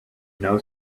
know